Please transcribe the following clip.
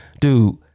Dude